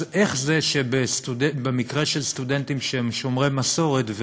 אז איך זה שבמקרה של סטודנטים שהם שומרי מסורת,